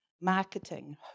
marketing